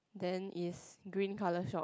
then is green color shop